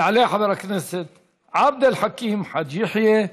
יעלה חבר הכנסת עבד אל חכים חאג' יחיא,